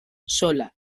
sola